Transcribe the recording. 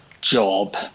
job